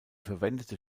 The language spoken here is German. verwendete